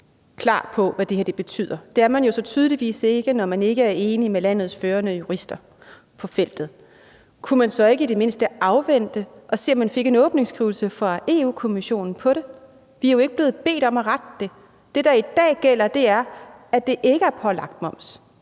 klar på, hvad det her betyder – det er man jo så tydeligvis ikke, når man ikke er enig med landets førende jurister på feltet – kunne man så ikke i det mindste afvente og se, om man fik en åbningsskrivelse fra Europa-Kommissionen på det? Vi er jo ikke blevet bedt om at rette det. Det, der gælder i dag, er, at det ikke er pålagt moms.